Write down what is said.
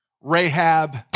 Rahab